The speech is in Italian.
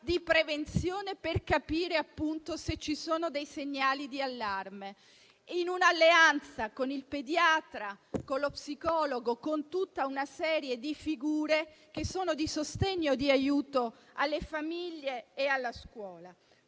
di prevenzione, per capire se ci sono dei segnali di allarme, in un'alleanza con il pediatra, con lo psicologo e con tutta una serie di figure di sostegno e di aiuto alle famiglie e alla scuola.